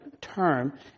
term